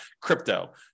crypto